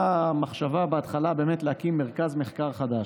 מחשבה בהתחלה באמת להקים מרכז מחקר חדש,